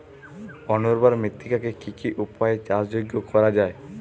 অনুর্বর মৃত্তিকাকে কি কি উপায়ে চাষযোগ্য করা যায়?